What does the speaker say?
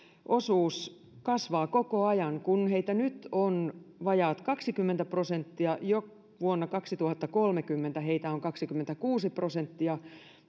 osuus kasvaa koko ajan kun heitä nyt on vajaat kaksikymmentä prosenttia jo vuonna kaksituhattakolmekymmentä heitä on kaksikymmentäkuusi prosenttia